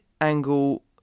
angle